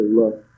look